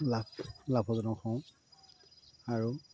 লাভ লাভজনক হওঁ আৰু